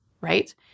right